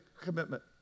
commitment